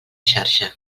xarxa